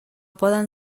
poden